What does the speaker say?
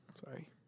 sorry